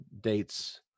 dates